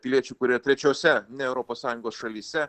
piliečių kurie trečiose ne europos sąjungos šalyse